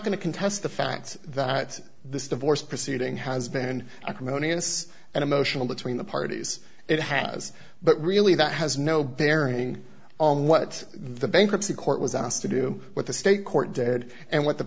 going to contest the fact that this divorce proceeding has been acrimonious and emotional between the parties it has but really that has no bearing on what the bankruptcy court was asked to do with the state court did and what the